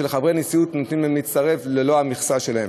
שלחברי נשיאות נותנים להצטרף ללא המכסה שלהם.